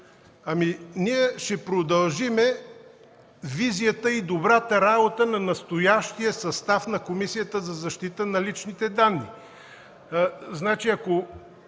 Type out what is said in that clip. визията, ще продължим визията и добрата работа на настоящия състав на Комисията за защита на личните данни.